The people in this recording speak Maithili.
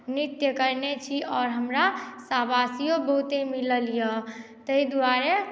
नृत्य कयने छी आओर हमरा शाबाशियो बहुते मिलल यए ताहि द्वारे